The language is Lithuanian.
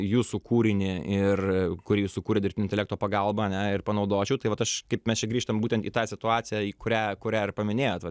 jūsų kūrinį ir kurį jūs sukūrėt dirbtinio intelekto pagalba ir panaudočiau tai vat aš kaip mes čia grįžtam būtent į tą situaciją kurią kurią ir paminėjot va